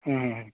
हं हं हं